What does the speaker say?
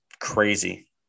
crazy